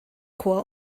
chor